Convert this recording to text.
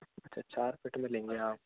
अच्छा चार फिट में लेंगे आप